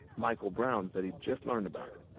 michael brown said he'd just learned about